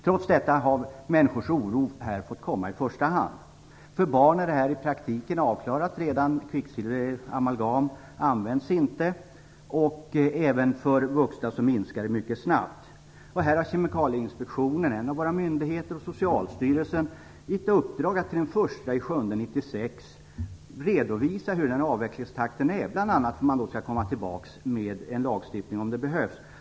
Trots detta har människors oro fått komma i första hand. För barn är frågan i praktiken redan avklarad. Amalgam används inte. Även användningen för vuxna minskar mycket snabbt. Kemikalieinspektionen - en av våra myndigheter - och Socialstyrelsen har i uppdrag att till den 1 juli 1996 redovisa hur avvecklingstakten är, bl.a. för att vi skall kunna komma tillbaks med en lagstiftning om det behövs.